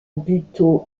buteau